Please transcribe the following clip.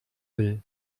will